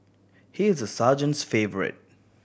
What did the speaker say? he is the sergeant's favourite